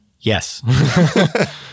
Yes